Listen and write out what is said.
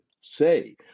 say